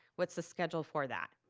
what's the schedule for that?